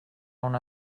una